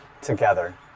together